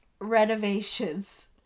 renovations